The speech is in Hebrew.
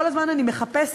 כל הזמן אני מחפשת,